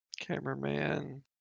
Cameraman